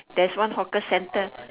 there's one hawker centre